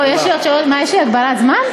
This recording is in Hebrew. טוב, יש לי עוד שלוש, מה, יש לי הגבלת זמן?